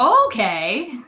okay